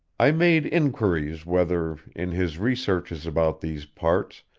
i made inquiries whether, in his researches about these parts,